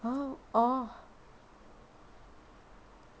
!huh! orh